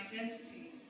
identity